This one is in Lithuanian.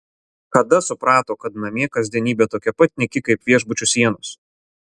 kada suprato kad namie kasdienybė tokia pat nyki kaip viešbučių sienos